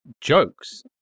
jokes